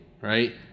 right